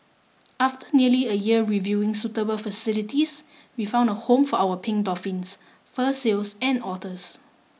after nearly a year reviewing suitable facilities we found a home for our pink dolphins fur seals and otters